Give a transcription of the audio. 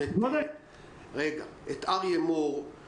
לא אהבתי את האמירות ששמעתי כלפי השלטון